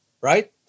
right